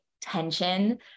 tension